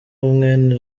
mwene